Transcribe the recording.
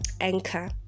anchor